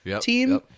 team